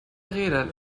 rädern